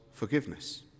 forgiveness